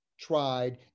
tried